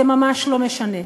זה ממש לא משנה.